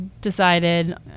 decided